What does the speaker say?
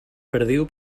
perdiu